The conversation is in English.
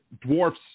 dwarfs